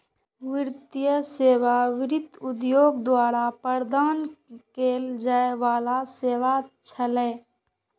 वित्तीय सेवा वित्त उद्योग द्वारा प्रदान कैल जाइ बला सेवा छियै